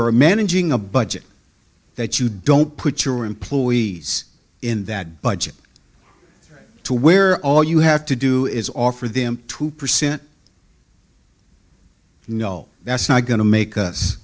are managing a budget that you don't put your employees in that budget to where all you have to do is offer them two percent you know that's not going to make us